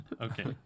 Okay